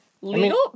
legal